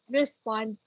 respond